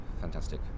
Fantastic